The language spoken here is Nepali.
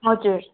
हजुर